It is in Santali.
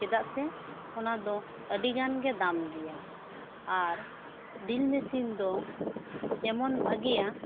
ᱪᱮᱫᱟᱜ ᱥᱮ ᱚᱱᱟ ᱫᱚ ᱟᱹᱰᱤ ᱜᱟᱱ ᱜᱮ ᱫᱟᱢ ᱜᱮᱭᱟ ᱟᱨ ᱰᱤᱞ ᱢᱤᱥᱤᱱ ᱫᱚ ᱡᱮᱢᱚᱱ ᱵᱷᱟᱹᱜᱤᱭᱟ